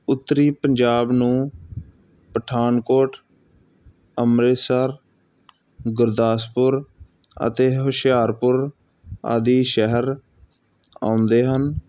ਉੱਤਰੀ ਪੰਜਾਬ ਨੂੰ ਪਠਾਨਕੋਟ ਅੰਮ੍ਰਿਤਸਰ ਗੁਰਦਾਸਪੁਰ ਅਤੇ ਹੁਸ਼ਿਆਰਪੁਰ ਆਦਿ ਸ਼ਹਿਰ ਆਉਂਦੇ ਹਨ